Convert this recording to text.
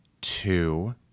two